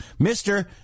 mr